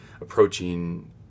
approaching